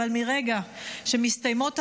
אבל מרגע שמסתיימות ההקדשות,